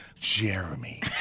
Jeremy